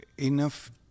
enough